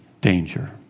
danger